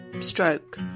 stroke